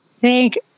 Thank